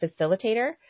facilitator